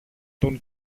τον